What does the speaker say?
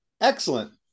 Excellent